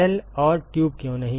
shell और tube क्यों नहीं